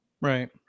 right